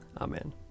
Amen